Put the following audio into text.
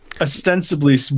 ostensibly